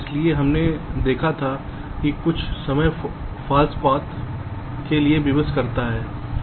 इसलिए हमने देखा था कि कुछ समय फॉल्स पाथ के लिए विवश करता है